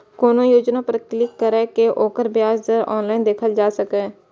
कोनो योजना पर क्लिक कैर के ओकर ब्याज दर ऑनलाइन देखल जा सकैए